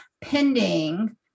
pending